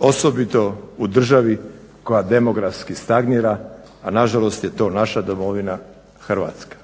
osobito u državi koja demografski stagnira, a nažalost je to naša Domovina Hrvatska.